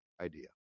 idea